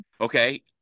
Okay